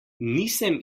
nisem